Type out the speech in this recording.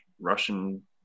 Russian